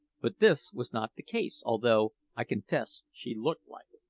but this was not the case, although, i confess, she looked like it.